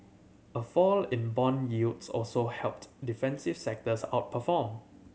a fall in bond yields also helped defensive sectors outperform